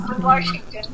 Washington